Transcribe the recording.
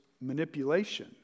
manipulation